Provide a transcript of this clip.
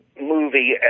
movie